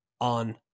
on